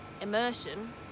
immersion